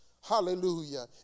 Hallelujah